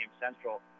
Central